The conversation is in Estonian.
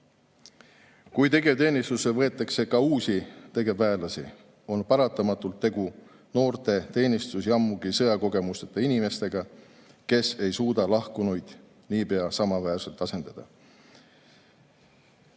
Kuigi tegevteenistusse võetakse ka uusi tegevväelasi, on paratamatult tegu noorte, teenistus‑, ammugi sõjakogemusteta inimestega, kes ei suuda lahkunuid nii pea samaväärselt asendada.